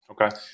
okay